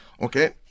okay